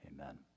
Amen